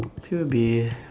actually would be